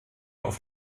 auf